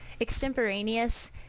Extemporaneous